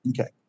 Okay